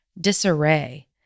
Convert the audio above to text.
disarray